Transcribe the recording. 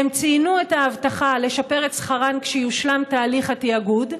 הן ציינו את ההבטחה לשפר את שכרן כשיושלם תהליך התיאגוד.